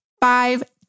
five